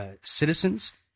citizens